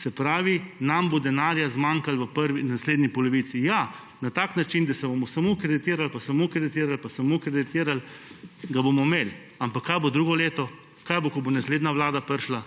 Se pravi, nam bo denarja zmanjkalo v prvi naslednji polovici. Ja, na tak način, da se bomo samo kreditirali, samo kreditirali pa samo kreditirali, ga bomo imeli. Ampak kaj bo drugo leto? Kaj bo, ko bo prišla naslednja vlada?